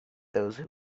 those